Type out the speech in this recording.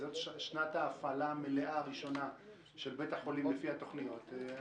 שזו שנת ההפעלה המלאה הראשונה של בית החולים לפי התוכניות.